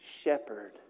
shepherd